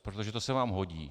Protože to se vám hodí.